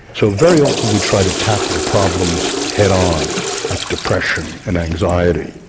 so very often we try to tackle problems head on like depression, and anxiety,